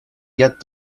get